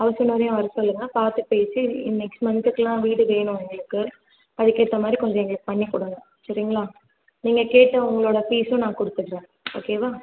house ஓனரையும் வர சொல்லுங்கள் பார்த்து பேசி நெக்ஸ்ட் மந்த்துக்குலாம் வீடு வேணும் எங்களுக்கு அதுக்கேத்தமாதிரி கொஞ்சம் எங்களுக்கு பண்ணி கொடுங்க சரிங்களா நீங்கள் கேட்ட உங்களோட ஃபீஸும் நான் கொடுத்துட்றேன் ஓகேவா